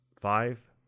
five